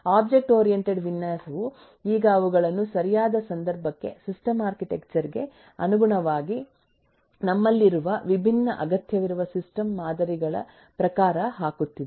object oriented ವಿನ್ಯಾಸವು ಈಗ ಅವುಗಳನ್ನು ಸರಿಯಾದ ಸಂದರ್ಭಕ್ಕೆ ಆರ್ಕಿಟೆಕ್ಚರ್ ಗೆ ಅನುಗುಣವಾಗಿ ನಮ್ಮಲ್ಲಿರುವ ವಿಭಿನ್ನ ಅಗತ್ಯವಿರುವ ಸಿಸ್ಟಮ್ ಮಾದರಿಗಳ ಪ್ರಕಾರ ಹಾಕುತ್ತಿದೆ